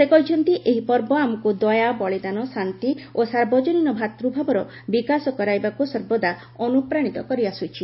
ସେ କହିଛନ୍ତି ଏହି ପର୍ବ ଆମକୁ ଦୟା ବଳିଦାନ ଶାନ୍ତି ଓ ସାର୍ବଜନୀନ ଭ୍ରାତୃଭାବର ବିକାଶ କରାଇବାକୁ ସର୍ବଦା ଅନୁପ୍ରାଣିତ କରିଆସୁଛି